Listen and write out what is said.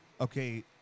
Okay